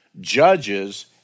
judges